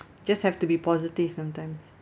just have to be positive sometimes